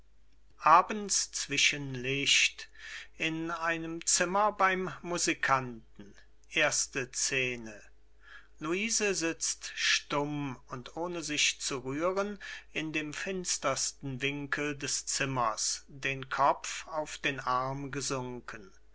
luise sitzt stumm und ohne sich zu rühren in dem